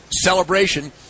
celebration